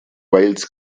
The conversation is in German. wales